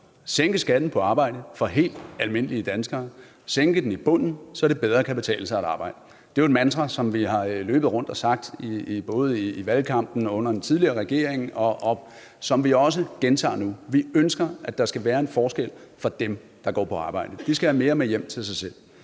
sænke skatten på arbejde for helt almindelige danskere, sænke den i bunden, så det bedre kan betale sig at arbejde. Det er jo et mantra, som vi har løbet rundt og sagt både i valgkampen og under den tidligere regering, og som vi også gentager nu. Vi ønsker, at der skal være en forskel for dem, der går på arbejde. De skal have mere med hjem til sig selv.